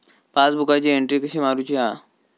पासबुकाची एन्ट्री कशी मारुची हा?